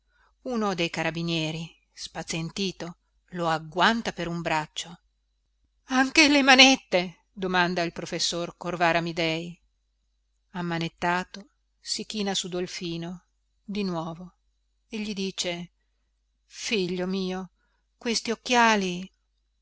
uno dei carabinieri spazientito lo agguanta per un braccio anche le manette domanda il professor corvara amidei ammanettato si china su dolfino di nuovo e gli dice figlio mio questi occhiali